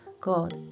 God